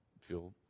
feel